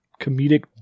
comedic